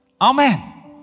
Amen